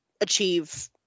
achieve